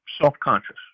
self-conscious